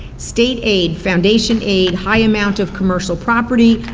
state aid, foundation aid, high amount of commercial property,